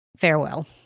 Farewell